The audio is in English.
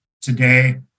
today